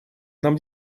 нам